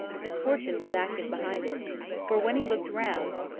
misfortune was active behind it for when he looked round,